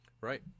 Right